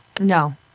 no